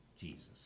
Jesus